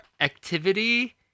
activity